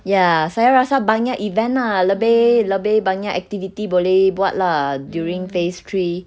ya saya rasa banyak event ah lebih lebih banyak activity boleh buat lah during phase three